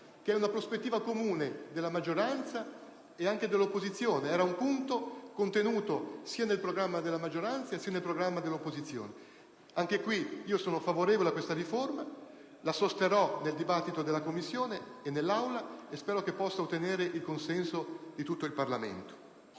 che è una prospettiva comune della maggioranza, ma anche dell'opposizione: era infatti un punto contenuto sia nel programma della maggioranza, che in quello dell'opposizione. Anche in questo caso sono favorevole alla riforma e la sosterrò nel dibattito in Commissione e in Aula, sperando che possa ottenere il consenso di tutto il Parlamento.